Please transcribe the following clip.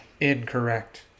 Incorrect